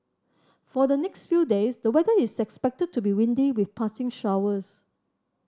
for the next few days the weather is expected to be windy with passing showers